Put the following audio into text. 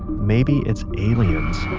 maybe it's aliens